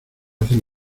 hacen